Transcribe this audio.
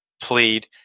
plead